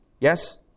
Yes